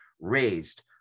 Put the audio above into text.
raised